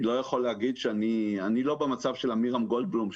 אני לא הייתי במצב של עמירם גולדבלום,